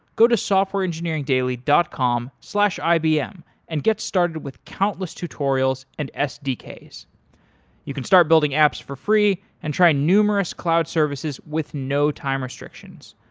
go to softwareengineeringdaily dot com slash ibm and get started with countless tutorials and sdks. you can start building apps for free and try numerous cloud services with no time restrictions.